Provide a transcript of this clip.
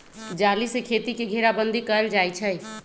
जाली से खेती के घेराबन्दी कएल जाइ छइ